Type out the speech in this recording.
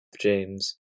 James